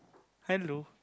hello